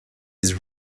his